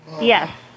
Yes